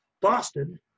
Boston